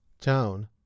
town